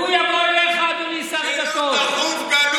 כשהוא יבוא אליך, אדוני שר הדתות, שלא תחוב גלות.